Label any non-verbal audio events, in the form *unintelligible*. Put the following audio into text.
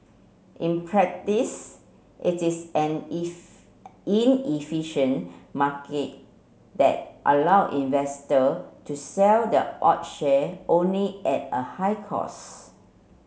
in practice it is an *unintelligible* inefficient market that allow investor to sell the odd share only at a high cost